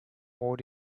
more